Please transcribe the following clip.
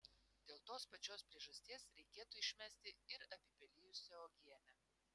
dėl tos pačios priežasties reikėtų išmesti ir apipelijusią uogienę